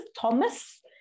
Thomas